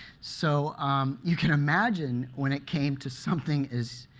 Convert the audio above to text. so you can imagine, when it came to something as